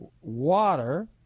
water